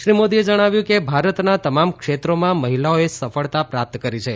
શ્રી મોદીએ જણાવ્યું કે ભારતના તમામ ક્ષેત્રોમાં મહિલાઓએ સફળતા પ્રાપ્ત કરી છે